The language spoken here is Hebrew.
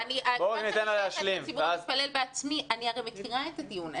הרי מכירה את הטיעון.